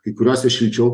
kai kuriuose šilčiau